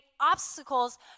obstacles